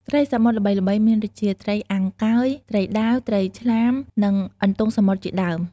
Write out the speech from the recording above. ត្រីសមុទ្រល្បីៗមានដូចជា ត្រីអាំងកឺយ ត្រីដាវ ត្រីឆ្លាម និងអន្ទង់សមុទ្រជាដើម។